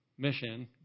mission